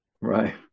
Right